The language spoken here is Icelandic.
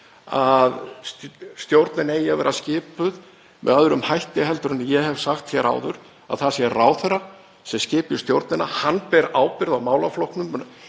að stjórnin eigi að vera skipuð með öðrum hætti en ég hef sagt áður, að það sé ráðherra sem skipi stjórnina. Hann ber ábyrgð á málaflokknum.